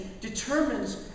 determines